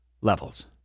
levels